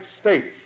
States